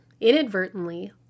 inadvertently